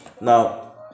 Now